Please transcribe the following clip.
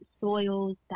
soils